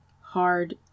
hard